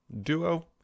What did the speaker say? Duo